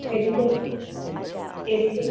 education education